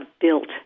built